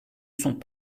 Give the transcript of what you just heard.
sont